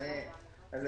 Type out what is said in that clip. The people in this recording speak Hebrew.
אני